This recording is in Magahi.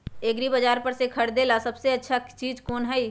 एग्रिबाजार पर से खरीदे ला सबसे अच्छा चीज कोन हई?